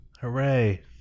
Hooray